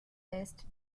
best